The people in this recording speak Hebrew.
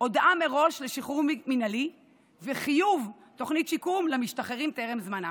הודעה מראש לשחרור מינהלי וחיוב תוכנית שיקום למשתחררים טרם זמנם.